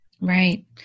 Right